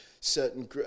certain